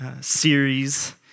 series